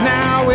now